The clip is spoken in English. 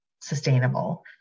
sustainable